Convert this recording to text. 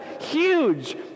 huge